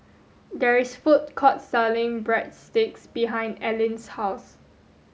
there is a food court selling Breadsticks behind Allyn's house